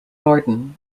norden